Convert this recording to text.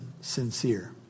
sincere